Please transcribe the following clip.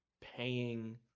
paying